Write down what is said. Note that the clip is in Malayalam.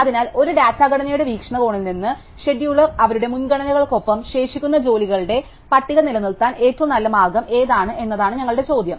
അതിനാൽ ഒരു ഡാറ്റ ഘടനയുടെ വീക്ഷണകോണിൽ നിന്ന് ഷെഡ്യൂളർ അവരുടെ മുൻഗണനകൾക്കൊപ്പം ശേഷിക്കുന്ന ജോലികളുടെ പട്ടിക നിലനിർത്താൻ ഏറ്റവും നല്ല മാർഗം ഏതാണ് എന്നതാണ് ഞങ്ങളുടെ ചോദ്യം